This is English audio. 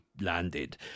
landed